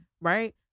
Right